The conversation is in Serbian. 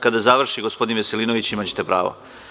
Kada završi gospodin Veselinović imaćete pravo.